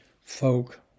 folk